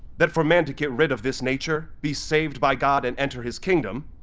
that for man to get rid of this nature, be saved by god and enter his kingdom,